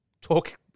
talk